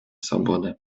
свободы